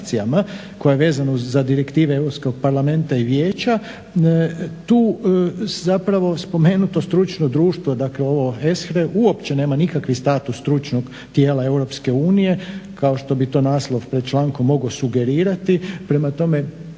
koja je vezano za direktive Europskog parlamenta i Vijeća. Tu zapravo spomenuto stručno društvo, dakle ovo …/Govornik se ne razumije./… uopće nema nikakvi status stručnog tijela Europske unije kao što bi to naslov pred člankom mogao sugerirati. Prema tome,